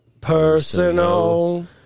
Personal